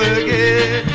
again